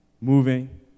moving